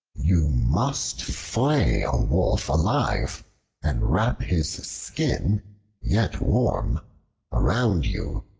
you must flay a wolf alive and wrap his skin yet warm around you.